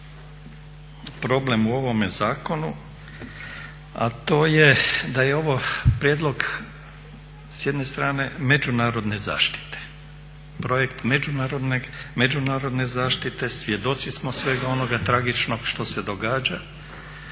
problem u ovome zakonu, a to je da je ovo prijedlog s jedne strane međunarodne zaštite, projekt međunarodne zaštite. Svjedoci smo svega onoga tragičnog što se događa,